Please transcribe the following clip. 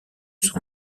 son